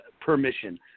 permission